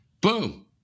Boom